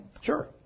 Sure